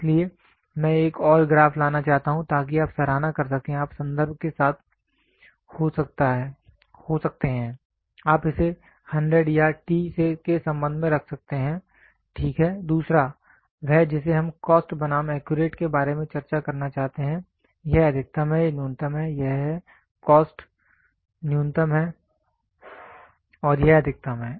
इसलिए मैं एक और ग्राफ लाना चाहता हूं ताकि आप सराहना कर सकें आप संदर्भ के साथ हो सकते हैं आप इसे 100 या t के संबंध में रख सकते हैं ठीक है दूसरा वह जिसे हम कॉस्ट बनाम एक्यूरेट के बारे में चर्चा करना चाहते थे यह अधिकतम है यह न्यूनतम है यह है कॉस्ट न्यूनतम है और यह अधिकतम है